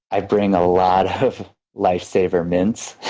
i bring a lot of life saver mints.